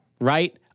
right